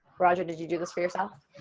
roger, did you do this for yourself?